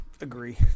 agree